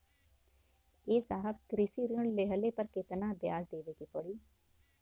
ए साहब कृषि ऋण लेहले पर कितना ब्याज देवे पणी?